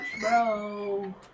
Bro